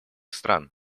стран